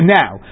now